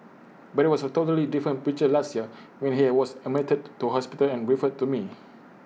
but IT was A totally different picture last year when he was admitted to hospital and referred to me